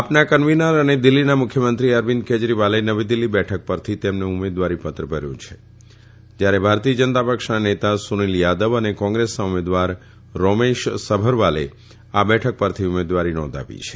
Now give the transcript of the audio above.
આપના કન્વીનર અને દિલ્હીના મુખ્યમંત્રી અરવિંદ કેજરીવાલે નવી દિલ્હી બેઠક પરથી તેમનું ઉમેદવારી પત્ર ભર્યુ છે જયારે ભાજપના નેતા સુનીલ યાદવ અને કોંગ્રેસના ઉમેદવાર રોમેશ સભરવાલે આ બેઠક પરથી ઉમેદવારી નોંધાવી છે